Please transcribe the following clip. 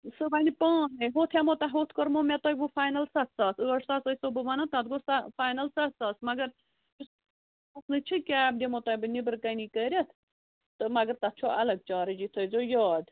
سُہ ونہِ پانے ہوتھ ہٮ۪مو تۅہہِ ہوتھ کوٚرمو مےٚ تۄہہِ وۄنۍ فاینل ستھ ساس ٲٹھ ساس ٲسو بہٕ ونان تتھ گوٚو فاینل ستھ ساس مگر مسلہٕ چھُ کیب دِمو بہٕ تۄہہِ نٮ۪برٕ کٔنی کٔرِتھ تہٕ مگر تتھ چھَو الگ چارٕج یہِ تھٲوِزیٚو یاد